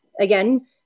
again